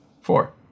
Four